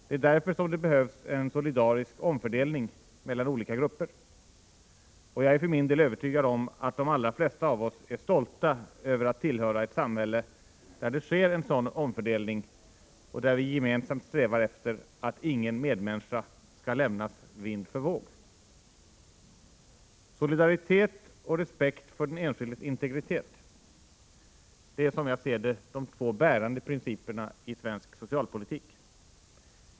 Det är därför som det behövs en solidarisk omfördelning mellan olika grupper, och jag är för min del övertygad om att de allra flesta av oss är stolta över att tillhöra ett samhälle där det sker en sådan omfördelning och där vi gemensamt strävar efter att ingen medmänniska skall lämnas vind för våg. Solidaritet och respekt för den enskildes integritet — det är, som jag ser det, de två bärande principerna i svensk socialpolitik.